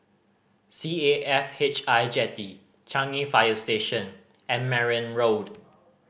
C A F H I Jetty Changi Fire Station and Merryn Road